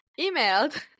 emailed